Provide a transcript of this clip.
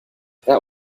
that